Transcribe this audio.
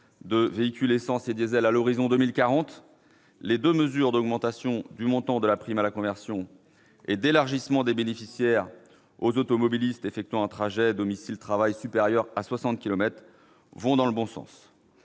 de véhicules essence et diesel à l'horizon 2040 ; néanmoins, les deux mesures d'augmentation du montant de la prime à la conversion, d'une part, et d'élargissement des bénéficiaires aux automobilistes effectuant un trajet domicile-travail supérieur à 60 kilomètres par jour,